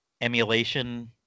emulation